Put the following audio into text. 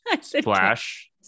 Splash